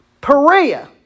Perea